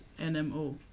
NMO